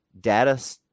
Data